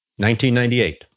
1998